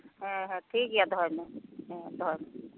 ᱦᱮᱸ ᱦᱮᱸ ᱴᱷᱤᱠᱜᱮᱭᱟ ᱫᱚᱦᱚᱭ ᱢᱮ ᱦᱮᱸ ᱫᱚᱦᱚᱭ ᱢᱮ